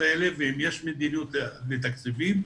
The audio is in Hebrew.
האלה ואם יש מדיניות אם יש תקציבים,